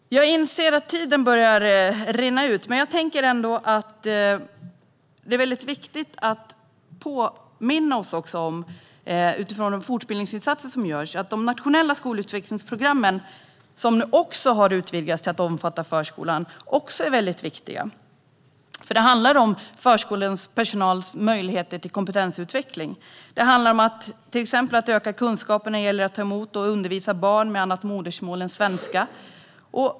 Utifrån de fortbildningsinsatser som görs är det viktigt att påminna oss om att de nationella skolutvecklingsprogrammen nu har utvidgats till att även omfatta förskolan, och de är väldigt viktiga. Det handlar om kompetensutveckling för förskolans personal för att exempelvis öka kunskapen när det gäller att ta emot och undervisa barn med annat modersmål än svenska.